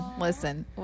listen